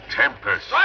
tempest